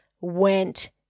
went